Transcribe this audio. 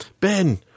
Ben